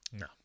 No